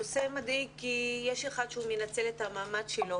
הנושא מדאיג כי יש אחד שמנצל את המעמד שלו,